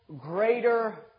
greater